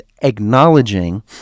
acknowledging